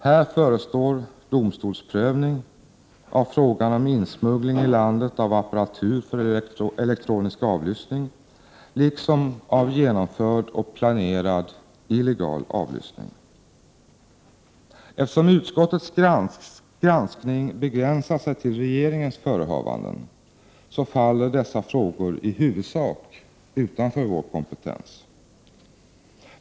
Här förestår domstolsprövning av frågan om insmuggling i landet av apparatur för elektronisk avlyssning liksom om genomförd och planerad illegal avlyssning. Eftersom utskottets granskning begränsar sig till regeringens förehavanden, faller dessa frågor i huvudsak utanför vår kompetens.